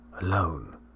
Alone